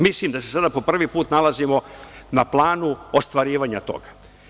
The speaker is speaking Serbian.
Mislim da se sada po prvi put nalazimo na planu ostvarivanja toga.